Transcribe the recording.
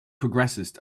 progressist